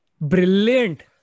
Brilliant